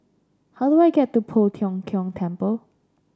how do I get to Poh Tiong Kiong Temple